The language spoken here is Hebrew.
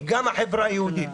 גם החברה היהודית.